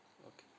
okay